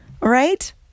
right